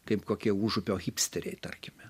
kaip kokie užupio hipsteriai tarkime